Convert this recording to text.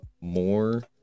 more